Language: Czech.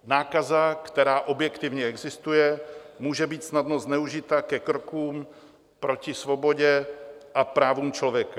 Nákaza, která objektivně existuje, může být snadno zneužita ke krokům proti svobodě a právům člověka.